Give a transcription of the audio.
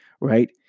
right